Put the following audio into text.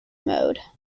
mode